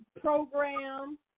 program